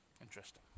Interesting